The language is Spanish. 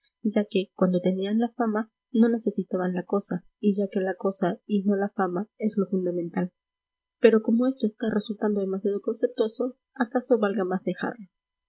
ya que cuando tenían la fama no necesitaban la cosa y ya que la cosa y no la fama es lo fundamental pero como esto está resultando demasiado conceptuoso acaso valga más dejarlo